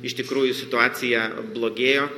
iš tikrųjų situacija blogėjo